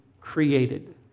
created